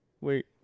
Wait